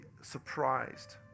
surprised